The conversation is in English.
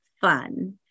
fun